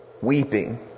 weeping